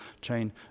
chain